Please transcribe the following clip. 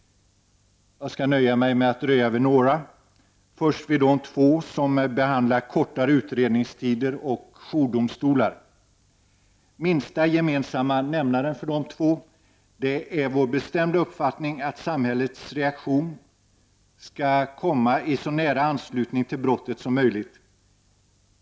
Jag skall nöja mig med att dröja vid några, och då först vid de två reservationer som behandlar kortare utredningstider och jourdomstolar. Minsta gemensamma nämnare för dessa reservationer är vår bestämda uppfattning att samhällets reaktion skall komma i så nära anslutning till brottet som möjligt.